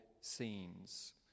scenes